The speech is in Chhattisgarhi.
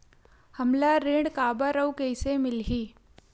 हमला ऋण काबर अउ कइसे मिलही?